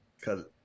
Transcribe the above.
cause